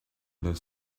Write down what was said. that